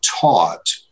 taught